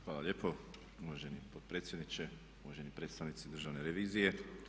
Hvala lijepo uvaženi potpredsjedniče, uvaženi predstavnici državne revizije.